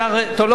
לא חשוב.